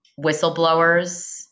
whistleblowers